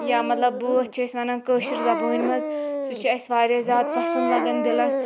یا مطلب بٲتھ چھِ أسۍ وَنان کٲشٕر زَبٲنۍ منٛز سُہ چھُ اَسہِ واریاہ زیادٕ پَسنٛد لَگان دِلَس